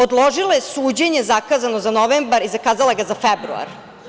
Odložila je suđenje zakazano za novembar i zakazala ga za februar.